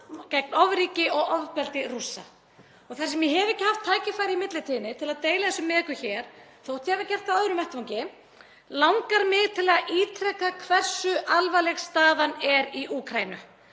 gegn ofríki og ofbeldi Rússa. Og þar sem ég hef ekki haft tækifæri í millitíðinni til að deila þessu með ykkur hér þótt ég hafi gert það á öðrum vettvangi langar mig til að ítreka hversu alvarleg staðan er í Úkraínu.